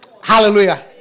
Hallelujah